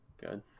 Good